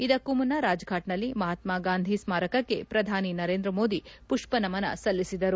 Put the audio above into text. ಇದಕ್ಕೂ ಮುನ್ನ ರಾಜ್ಫಾಟ್ನಲ್ಲಿನ ಮಹಾತ್ಮಾ ಗಾಂಧಿ ಸ್ಮಾರಕಕ್ಕೆ ಪ್ರಧಾನಿ ನರೇಂದ್ರ ಮೋದಿ ಪುಪ್ಪ ನಮನ ಸಲ್ಲಿಸಿದರು